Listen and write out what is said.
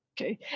Okay